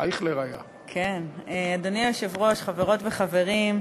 אדוני היושב-ראש, חברות וחברים,